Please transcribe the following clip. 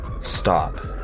stop